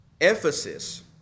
Ephesus